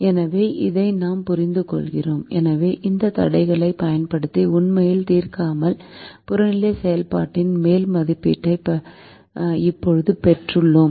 எனவே அதை நாம் புரிந்துகொள்கிறோம் எனவே இந்த தடைகளைப் பயன்படுத்தி உண்மையில் தீர்க்காமல் புறநிலை செயல்பாட்டின் மேல் மதிப்பீட்டை இப்போது பெற்றுள்ளோம்